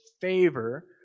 favor